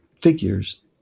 figures